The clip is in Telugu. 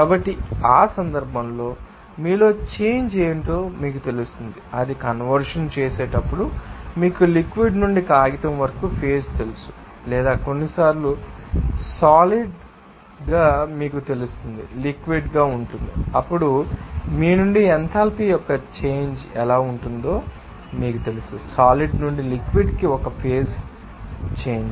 కాబట్టి ఆ సందర్భంలో మీలో చేంజ్ ఏమిటో మీకు తెలుస్తుంది అది కన్వర్షన్ చేసేటప్పుడు మీకు లిక్విడ్ ం నుండి కాగితం వరకు ఫేజ్ తెలుసు లేదా కొన్నిసార్లు సాలిడ్ ంగా మీకు తెలుస్తుంది లిక్విడ్ ంగా ఉంటుంది అప్పుడు మీ నుండి ఎంథాల్పీ యొక్క చేంజ్ ఎలా ఉంటుందో మీకు తెలుసు సాలిడ్ నుండి లిక్విడ్ కి ఒక ఫేజ్ చేంజ్